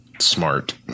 smart